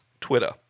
Twitter